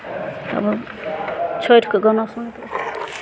आब छठिके गाना सुनि कऽ